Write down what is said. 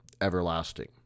everlasting